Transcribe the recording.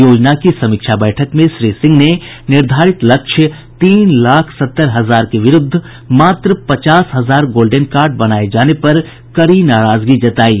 योजना की समीक्षा बैठक में श्री सिंह ने निर्धारित लक्ष्य तीन लाख सत्तर हजार के विरूद्ध मात्र पचास हजार गोल्डेन कार्ड बनाये जाने पर कड़ी नाराजगी जतायी